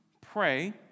pray